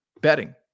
Betting